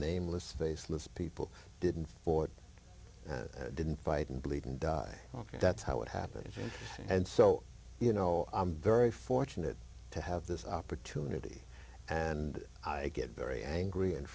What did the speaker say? nameless faceless people didn't ford didn't fight and bleed and die that's how it happened and so you know i'm very fortunate to have this opportunity and i get very angry and